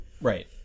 right